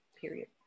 period